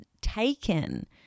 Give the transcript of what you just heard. taken